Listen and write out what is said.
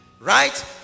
right